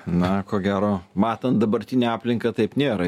na ko gero matant dabartinę aplinką taip nėra